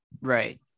Right